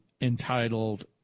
entitled